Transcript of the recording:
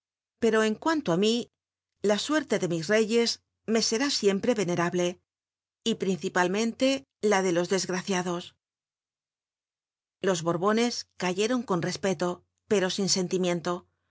pero en cuanto á mí la suerte de mis re yes me será siempre venerable y principalmente la de los desgra ciados los borbones cayeron con respeto pero sin sentimiento